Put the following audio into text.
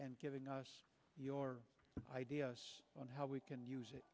and giving us your ideas on how we can use it